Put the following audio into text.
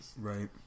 Right